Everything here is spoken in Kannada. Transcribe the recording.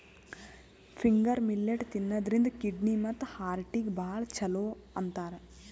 ಫಿಂಗರ್ ಮಿಲ್ಲೆಟ್ ತಿನ್ನದ್ರಿನ್ದ ಕಿಡ್ನಿ ಮತ್ತ್ ಹಾರ್ಟಿಗ್ ಭಾಳ್ ಛಲೋ ಅಂತಾರ್